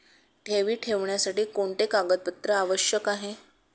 ठेवी ठेवण्यासाठी कोणते कागदपत्रे आवश्यक आहे?